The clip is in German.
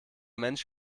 mensch